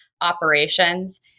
operations